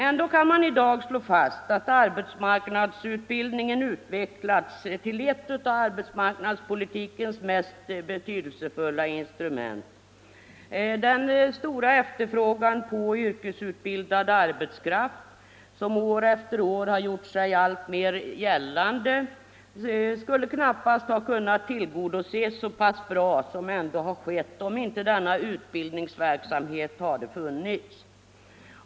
Ändå kan man i dag slå fast att arbetsmarknadsutbildningen utvecklats till ett av arbetsmarknadspolitikens mest betydelsefulla instrument. Den stora efterfrågan på yrkesutbildad arbetskraft som år efter år gjort sig alltmer gällande skulle knappast ha kunnat tillgodoses så pass bra som ändå har skett om inte denna utbildningsverksamhet hade funnits.